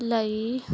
ਲਈ